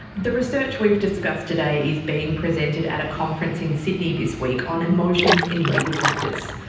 the research we've discussed today is being presented at a conference in sydney this week on emotions in legal practice.